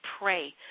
Pray